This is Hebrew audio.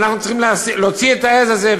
ואנחנו צריכים להוציא את העז הזו.